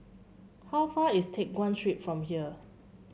how far is Teck Guan Street from here